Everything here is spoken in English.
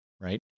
right